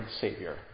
Savior